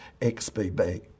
XBB